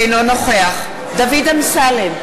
אינו נוכח דוד אמסלם,